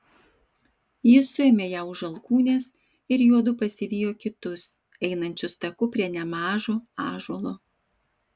jis suėmė ją už alkūnės ir juodu pasivijo kitus einančius taku prie nemažo ąžuolo